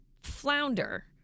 flounder